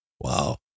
wow